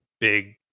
big